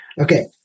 Okay